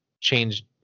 change